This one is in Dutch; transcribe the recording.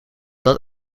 dat